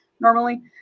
normally